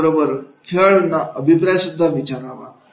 याचबरोबर खेळूना अभिप्रायसुद्धा विचारावा